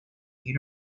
you